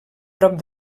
prop